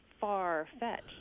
far-fetched